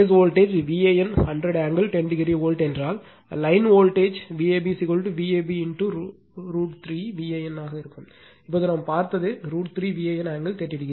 base voltage Van 100 angle 10o volt என்றால் line voltage த்தில் Vab V AB √ 3 Van இருக்கும் இப்போது நாம் பார்த்தது √ 3 Van ஆங்கிள் 30o